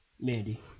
Mandy